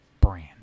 brand